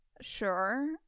sure